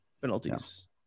penalties